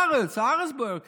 הארץ בוערת כאן: